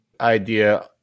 idea